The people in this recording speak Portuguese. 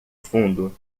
fundo